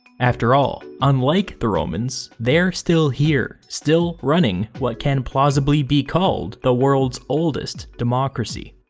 after all, unlike the romans, they're still here, still running what can plausibly be called the world's oldest democracy.